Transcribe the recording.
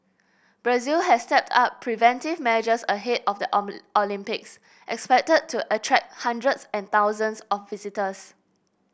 Brazil has stepped up preventive measures ahead of the Olympics expected to attract hundreds and thousands of visitors